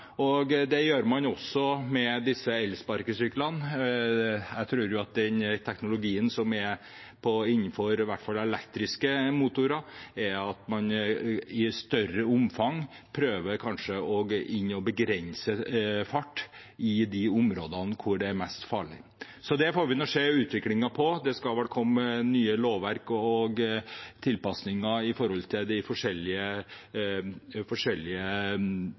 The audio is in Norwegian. Det gjør man også med elsparkesykler. Jeg tror at når det gjelder teknologien i elektriske motorer, prøver man kanskje i større omfang å begrense fart i de områdene der det er mest farlig. Vi får se på utviklingen her. Det skal vel komme nye lovverk og tilpasninger for de forskjellige sykler og motorsykler. Jeg tror at det er en fornuftig linje vi i